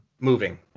Moving